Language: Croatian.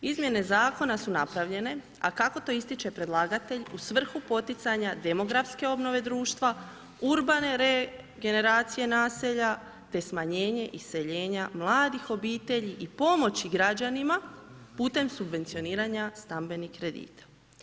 Izmjene zakona su napravljene, a kako to ističe predlagatelj, u svrhu poticanja demografske obnove društva, urbane regeneracija naselja te smanjenje iseljenja mladih obitelji i pomoći građanima putem subvencioniranja stambenih kredita.